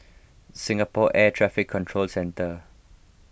Singapore Air Traffic Control Centre